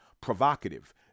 provocative